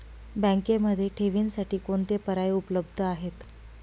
बँकेमध्ये ठेवींसाठी कोणते पर्याय उपलब्ध आहेत?